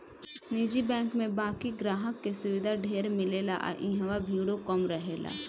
निजी बैंक में बाकि ग्राहक के सुविधा ढेर मिलेला आ इहवा भीड़ो कम रहेला